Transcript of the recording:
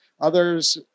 Others